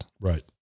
Right